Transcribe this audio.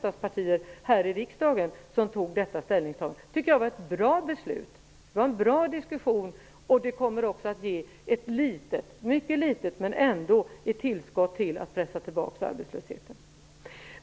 som här i riksdagen gjorde detta ställningstagande. Det tycker jag var ett bra beslut. Det var en bra diskussion, och det kommer också att ge ett litet, men ändock, tillskott när det gäller att pressa tillbaka arbetslösheten.